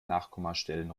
nachkommastellen